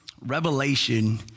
Revelation